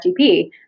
FTP